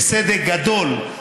וסדק גדול,